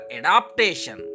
adaptation